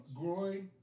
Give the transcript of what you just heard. growing